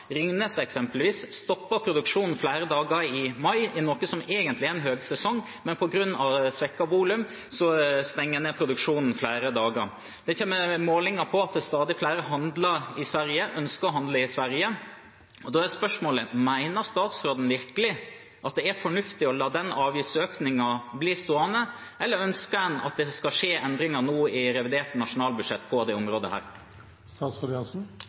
Ringnes har eksempelvis stoppet produksjonen flere dager i mai, som egentlig er høysesong, men på grunn av svekket volum stenger en ned produksjonen i flere dager. Det kommer målinger som viser at stadig flere handler i Sverige – og ønsker å handle i Sverige. Da er spørsmålet: Mener statsråden virkelig at det er fornuftig å la denne avgiftsøkningen bli stående, eller ønsker en nå at det skal skje endringer i revidert nasjonalbudsjett på dette området?